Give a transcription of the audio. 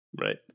right